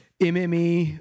MME